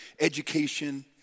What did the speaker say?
education